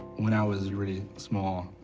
when i was really small,